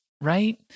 Right